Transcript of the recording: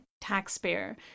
taxpayer